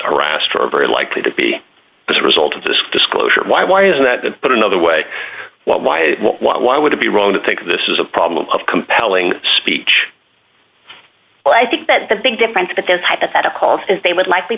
a very likely to be as a result of this disclosure why why is that the put another way why why would it be wrong to think this is a problem of compelling speech well i think that the big difference but those hypotheticals is they would likely